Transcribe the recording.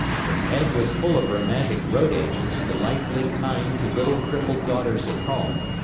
his head was full of romantic road-agents delightfully kind to little crippled daughters at home,